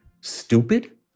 stupid